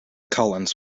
collins